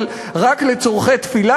אבל רק לצורכי תפילה,